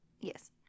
Yes